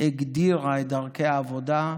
הגדירה את דרכי העבודה,